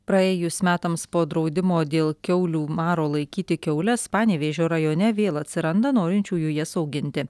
praėjus metams po draudimo dėl kiaulių maro laikyti kiaules panevėžio rajone vėl atsiranda norinčiųjų jas auginti